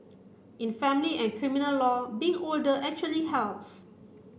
in family and criminal law being older actually helps